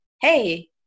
Hey